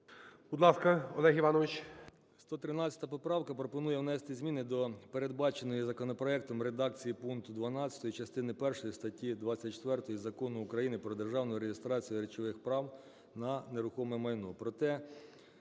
Будь ласка, Олег Іванович.